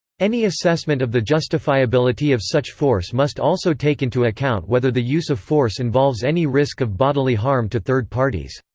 any assessment of the justifiability of such force must also take into account whether the use of force involves any risk of bodily harm to third parties.